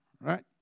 Right